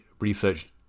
research